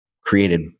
created